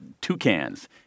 toucans